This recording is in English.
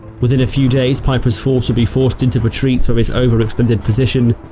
within a few days peiper's force would be forced into retreat from his overextended position,